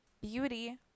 beauty